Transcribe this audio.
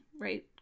right